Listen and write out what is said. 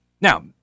Now